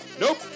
Nope